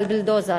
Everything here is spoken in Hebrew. "תפס אותו",